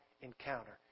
encounter